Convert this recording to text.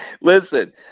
Listen